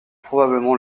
probablement